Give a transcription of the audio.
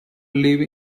live